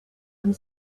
and